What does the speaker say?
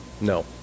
No